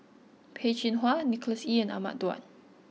Peh Chin Hua Nicholas Ee and Ahmad Daud